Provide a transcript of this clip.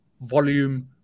Volume